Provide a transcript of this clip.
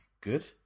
good